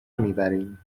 میبریم